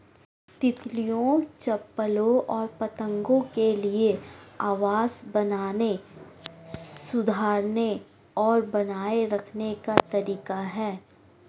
तितलियों, चप्पलों और पतंगों के लिए आवास बनाने, सुधारने और बनाए रखने का तरीका है